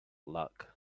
luck